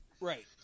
Right